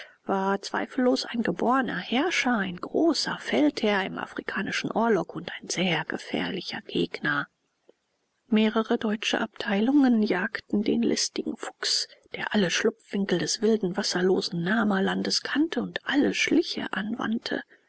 war zweifellos ein geborner herrscher ein großer feldherr im afrikanischen orlog und ein sehr gefährlicher gegner mehrere deutsche abteilungen jagten den listigen fuchs der alle schlupfwinkel des wilden wasserlosen namalandes kannte und alle schliche anwandte